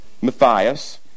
Matthias